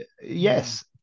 yes